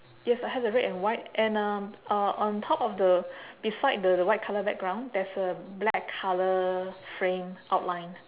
yes I have the red and white and um uh on top of the beside the white colour background there's a black colour frame outline